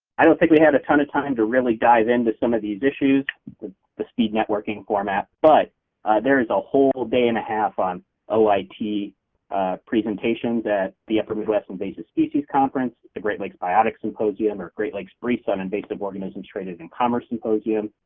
i don't think we had a ton of time to really dive into some of these issues the speed networking format but there is a whole day and a half on oit like presentations at the upper midwest invasive species conference, the great lakes biotic symposium, our great lakes briefs on invasive organisms traded and commerce symposium.